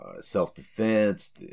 self-defense